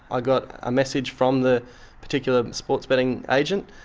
i got a message from the particular sports betting agent,